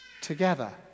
together